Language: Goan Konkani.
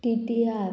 तिंट्यार